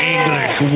English